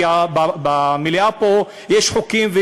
כי במליאה פה יש חוקים,